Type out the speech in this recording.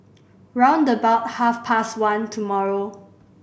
round about half past one tomorrow